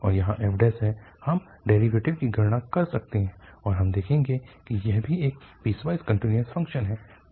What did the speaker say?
और यहाँ f है हम डेरिवेटिव की गणना कर सकते हैं और हम देखेंगे कि यह भी एक पीसवाइस कन्टीन्यूअस फ़ंक्शन है